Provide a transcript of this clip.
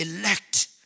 elect